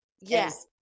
Yes